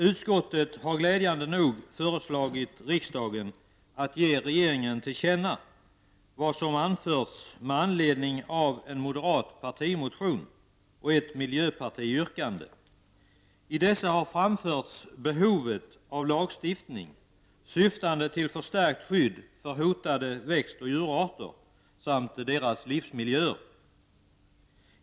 Utskottet har glädjande nog föreslagit riksdagen att ge regeringen till känna vad som har anförts med anledning av en moderat partimotion och ett miljöpartiyrkande. I dessa har behovet av lagstiftning framförts, syftande till förstärkt skydd för hotade växtoch djurarter samt deras livsmiljöer.